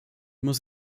muss